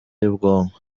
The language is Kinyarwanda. y’ubwonko